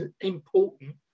important